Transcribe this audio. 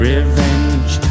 Revenge